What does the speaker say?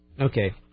okay